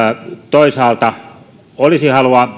toisaalta olisi halua